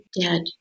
dead